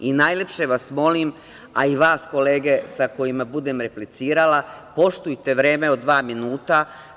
I najlepše vas molim, a i vas, kolege, sa kojima budem replicirala, poštujte vreme od dva minuta.